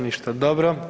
Ništa. … [[Upadica se ne razumije.]] Dobro.